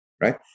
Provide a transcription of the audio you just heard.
right